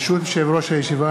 ברשות יושב-ראש הישיבה,